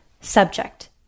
subject